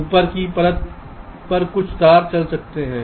ऊपर की परत पर कुछ तार चल सकते हैं